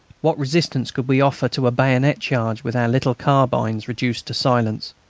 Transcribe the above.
what resistance could we offer to a bayonet charge with our little carbines reduced to silence?